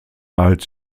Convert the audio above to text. als